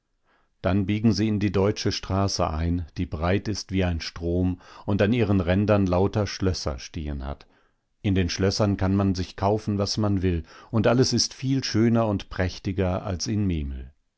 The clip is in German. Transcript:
dann biegen sie in die deutsche straße ein die breit ist wie ein strom und an ihren rändern lauter schlösser stehen hat in den schlössern kann man sich kaufen was man will und alles ist viel schöner und prächtiger als in memel